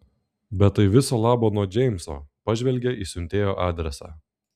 bet tai viso labo nuo džeimso pažvelgė į siuntėjo adresą